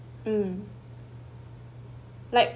mm like